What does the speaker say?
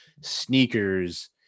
sneakers